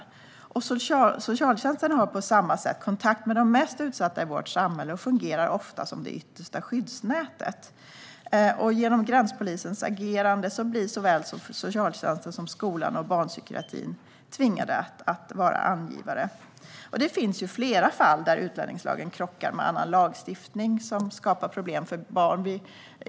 Socialtjänsten har på samma sätt kontakt med de mest utsatta i vårt samhälle och fungerar ofta som det yttersta skyddsnätet. Genom gränspolisens agerande blir såväl socialtjänsten som skolan och barnpsykiatrin tvingade att vara angivare. Det finns flera fall där utlänningslagen krockar med annan lagstiftning på ett sätt som skapar problem för barn.